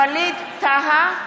ווליד טאהא,